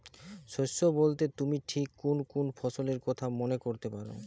শস্য বোলতে তুমি ঠিক কুন কুন ফসলের কথা মনে করতে পার?